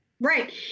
Right